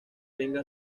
venga